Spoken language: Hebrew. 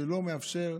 שלא מאפשר,